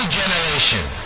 generation